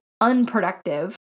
unproductive